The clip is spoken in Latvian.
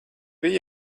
bija